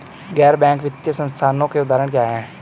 गैर बैंक वित्तीय संस्थानों के उदाहरण क्या हैं?